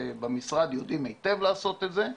ובמשרד יודעים היטב לעשות את זה.